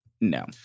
no